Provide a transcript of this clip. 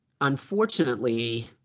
unfortunately